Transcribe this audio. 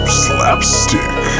slapstick